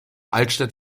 altstadt